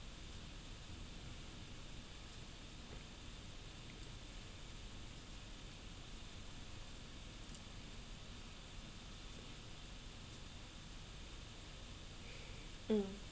mm